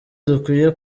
dukwiye